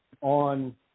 on